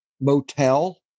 motel